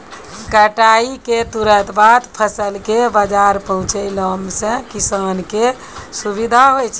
कटाई क तुरंत बाद फसल कॅ बाजार पहुंचैला सें किसान कॅ सुविधा होय छै